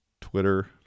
Twitter